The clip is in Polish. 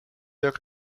jak